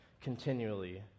continually